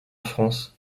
france